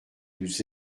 nous